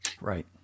Right